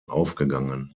aufgegangen